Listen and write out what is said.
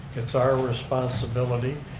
it's our responsibility,